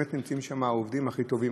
באמת נמצאים שם העובדים הכי טובים,